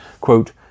quote